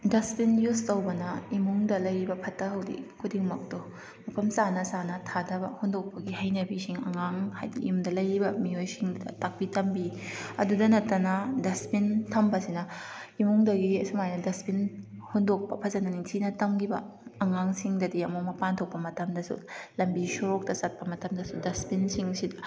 ꯗꯁꯕꯤꯟ ꯌꯨꯁ ꯇꯧꯕꯅ ꯏꯃꯨꯡꯗ ꯂꯩꯔꯤꯕ ꯐꯠꯇ ꯍꯧꯗꯤ ꯈꯨꯗꯤꯡꯃꯛꯇꯣ ꯃꯐꯝ ꯆꯥꯅ ꯆꯥꯅ ꯊꯥꯗꯕ ꯍꯨꯟꯗꯣꯛꯄꯒꯤ ꯍꯩꯅꯕꯤꯁꯤꯡ ꯑꯉꯥꯡ ꯍꯥꯏꯕꯗꯤ ꯌꯨꯝꯗ ꯂꯩꯔꯤꯕ ꯃꯤꯑꯣꯏꯁꯤꯡꯗꯨꯗ ꯇꯥꯛꯄꯤ ꯇꯝꯕꯤ ꯑꯗꯨꯗ ꯅꯠꯇꯅ ꯗꯁꯕꯤꯟ ꯊꯝꯕꯁꯤꯅ ꯏꯃꯨꯡꯗꯒꯤ ꯑꯁꯨꯃꯥꯏꯅ ꯗꯁꯕꯤꯟ ꯍꯨꯟꯗꯣꯛꯄ ꯐꯖꯅ ꯅꯤꯡꯊꯤꯅ ꯇꯝꯈꯤꯕ ꯑꯉꯥꯡꯁꯤꯡꯗꯗꯤ ꯑꯃꯨꯛ ꯃꯄꯥꯟ ꯊꯣꯛꯄ ꯃꯇꯝꯗꯁꯨ ꯂꯝꯕꯤ ꯁꯣꯔꯣꯛꯇ ꯆꯠꯄ ꯃꯇꯝꯗꯁꯨ ꯗꯁꯕꯤꯟꯁꯤꯡꯁꯤ